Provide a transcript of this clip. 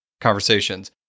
conversations